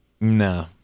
No